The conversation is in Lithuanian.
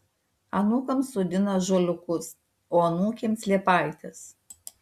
anūkams sodina ąžuoliukus o anūkėms liepaites